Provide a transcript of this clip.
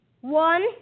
one